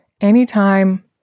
anytime